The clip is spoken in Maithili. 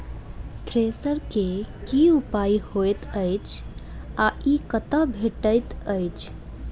थ्रेसर केँ की उपयोग होइत अछि आ ई कतह भेटइत अछि?